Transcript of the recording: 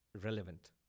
relevant